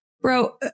bro